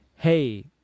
Hey